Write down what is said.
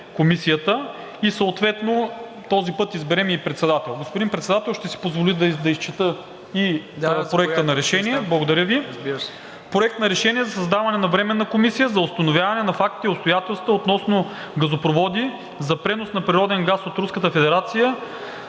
Комисията и съответно този път изберем ние председател. Господин Председател, ще си позволя да изчета и Проекта на решение. „Проект! РЕШЕНИЕ за създаване на Временна комисия за установяване на факти и обстоятелства относно газопроводи за пренос на природен газ от